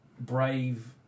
Brave